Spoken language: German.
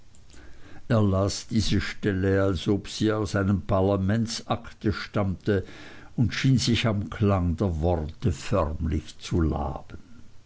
er las diese stelle als ob sie aus einem parlamentsakte stammte und schien sich am klang der worte förmlich zu laben